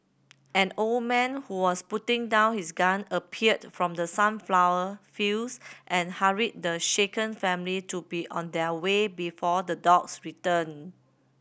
an old man who was putting down his gun appeared from the sunflower fields and hurried the shaken family to be on their way before the dogs return